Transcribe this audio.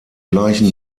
gleichen